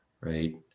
Right